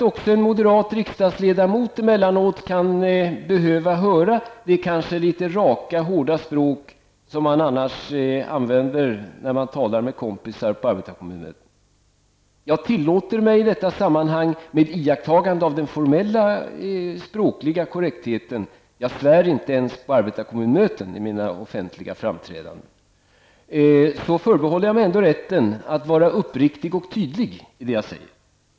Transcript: Också en moderat riksdagsledamot kan ibland behöva höra det kanske litet raka och hårda språk som man annars använder när man talar med kompisar på arbetarkommunmöten. Jag tillåter mig i detta sammanhang, med iakttagande av den formella språkliga korrektheten -- jag svär inte ens vid mina offentliga framträdanden på arbetarkommunmöten -- att vara uppriktig och tydlig i det jag säger.